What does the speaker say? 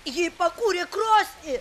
ji pakūrė krosnį